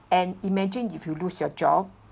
and imagine if you lose your job